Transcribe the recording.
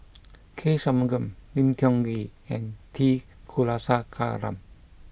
K Shanmugam Lim Tiong Ghee and T Kulasekaram